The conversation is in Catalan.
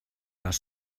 les